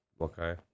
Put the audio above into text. Okay